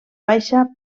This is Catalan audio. baixa